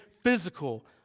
physical